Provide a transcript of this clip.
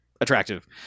attractive